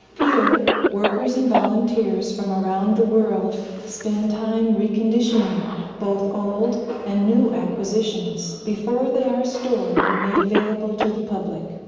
here workers and volunteers from around the world spend time reconditioning both old and new acquisitions before they are stored and made available to the public.